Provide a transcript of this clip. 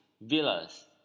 Villas